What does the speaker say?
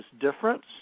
difference